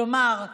כלומר,